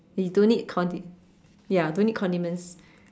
you don't need condi~ ya don't need condiments